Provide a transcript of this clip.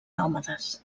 nòmades